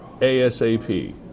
ASAP